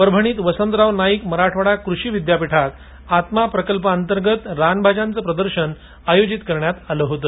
परभणीत वसंतराव नाईक मराठवाडा कृषि विद्यापीठात आत्मा प्रकल्प अंतर्गत रानभाज्या प्रदर्शनाचं आयोजन करण्यात आलं होतं